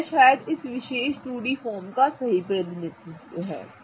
तो यह शायद इस विशेष 2D फॉर्म का सही प्रतिनिधित्व है